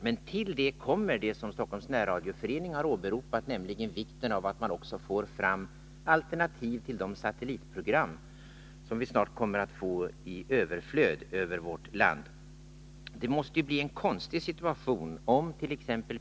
Men till det kommer det som Stockholms närradioförening har åberopat, nämligen vikten av att man också får fram alternativ till de satellitprogram som vi snart kommer att få i överflöd över vårt land. Det blir en konstig situation, om t.ex.